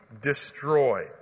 destroyed